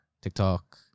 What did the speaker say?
TikTok